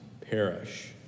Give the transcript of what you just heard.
perish